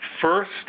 First